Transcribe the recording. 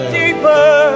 deeper